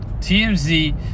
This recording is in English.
TMZ